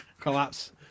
collapse